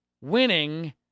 winning